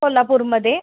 कोल्हापूरमध्ये